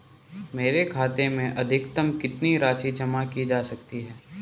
मेरे खाते में अधिकतम कितनी राशि जमा की जा सकती है?